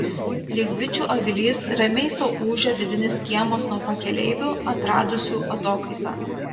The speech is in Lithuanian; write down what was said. lyg bičių avilys ramiai sau ūžia vidinis kiemas nuo pakeleivių atradusių atokaitą